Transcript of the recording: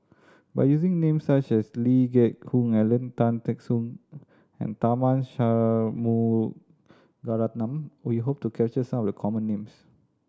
by using names such as Lee Geck Hoon Ellen Tan Teck Soon and Tharman Shanmugaratnam we hope to capture some of the common names